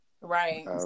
right